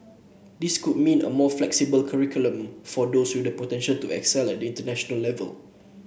this could mean a more flexible curriculum for those with the potential to excel at the international level